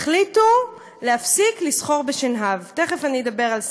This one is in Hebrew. החליטו להפסיק לסחור בשנהב, ותכף אני אדבר על סין.